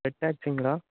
red டாக்ஸிங்களா